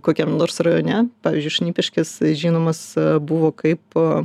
kokiam nors rajone pavyzdžiui šnipiškės žinomas buvo kaipo